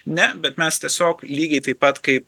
ne bet mes tiesiog lygiai taip pat kaip